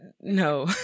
no